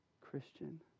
Christian